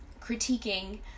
critiquing